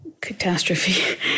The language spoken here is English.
catastrophe